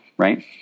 right